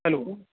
hello